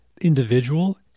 Individual